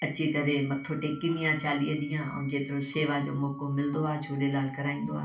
अची करे मथो टेकींदी आहियां चालीह ॾींहं ऐं जेतिरो सेवा जो मौक़ो मिलंदो आहे झूलेलाल कराईंदो आहे